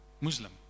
Muslim